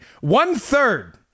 One-third